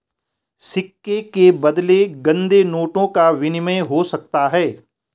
सिक्के के बदले गंदे नोटों का विनिमय हो सकता है